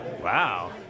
Wow